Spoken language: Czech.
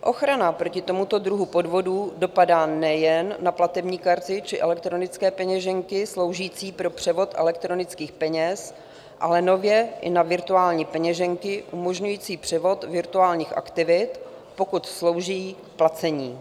Ochrana proti tomuto druhu podvodů dopadá nejen na platební karty či elektronické peněženky sloužící pro převod elektronických peněz, ale nově i na virtuální peněženky umožňující převod virtuálních aktiv, pokud slouží k placení.